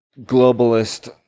globalist